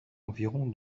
environ